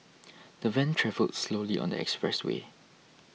the van travelled slowly on the expressway